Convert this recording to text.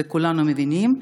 וכולנו מבינים,